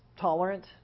tolerant